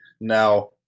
now